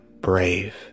brave